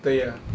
对 ah